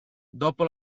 dopo